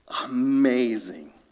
Amazing